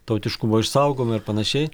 tautiškumo išsaugojimą ir panašiai